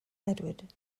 edward